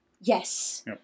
yes